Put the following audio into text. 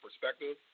perspective